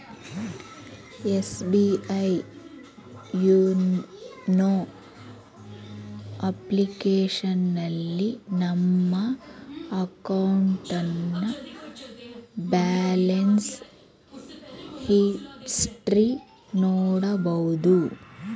SBI YONO ಅಪ್ಲಿಕೇಶನ್ನಲ್ಲಿ ನಮ್ಮ ಅಕೌಂಟ್ನ ಬ್ಯಾಲೆನ್ಸ್ ಹಿಸ್ಟರಿ ನೋಡಬೋದು